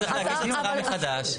צריך להגיש הצהרה מחדש.